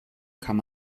kann